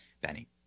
Benny